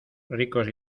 ricos